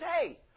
hey